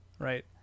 right